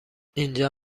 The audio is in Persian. اینجا